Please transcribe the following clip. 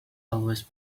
always